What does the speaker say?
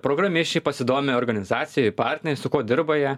programišiai pasidomi organizacija partneriais su kuo dirba jie